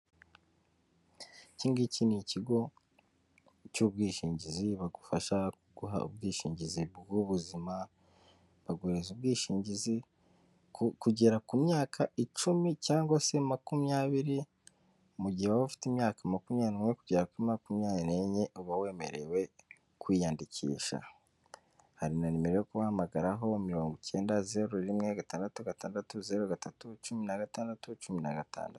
Iki ngiki ni ikigo cy'ubwishingizi bagufasha kuguha ubwishingizi bw'ubuzima baguhereza ubwishingizi kugera ku myaka icumi cyangwa se makumyabiri mu gihe waba ufite imyaka makumyabiri n'umwe kugera kuri makumyabiri nine uba wemerewe kwiyandikisha, hari na nimero yo kubahamagaraho mirongo icyenda, zeru, rimwe, gatandatu, gatandatu, zeru, gatatu, cumi n'agatandatu, cumi n'agatandatu .